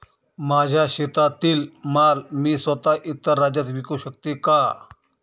माझ्या शेतातील माल मी स्वत: इतर राज्यात विकू शकते का?